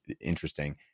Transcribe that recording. interesting